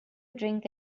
drink